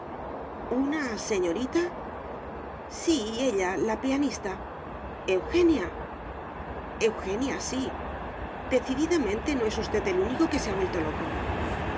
una señorita sí ella la pianista eugenia eugenia sí decididamente no es usted el único que se ha vuelto loco